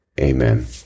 Amen